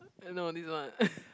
eh no this one